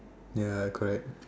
ya correct